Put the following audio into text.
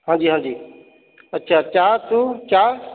ਹਾਂਜੀ ਹਾਂਜੀ ਅੱਛਾ ਚਾਹ ਚੁ ਚਾਹ